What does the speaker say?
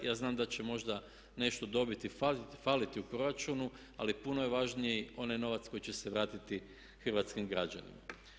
Ja znam da će možda nešto dobiti, faliti u proračunu ali puno je važniji onaj novac koji će se vratiti hrvatskim građanima.